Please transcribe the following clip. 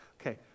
Okay